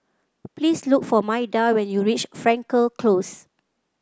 please look for Maida when you reach Frankel Close